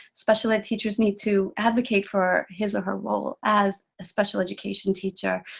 special ed teachers need to advocate for his or her role as a special education teacher,